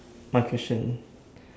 my question